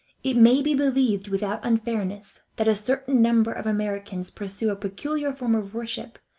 it may be believed without unfairness that a certain number of americans pursue a peculiar form of worship,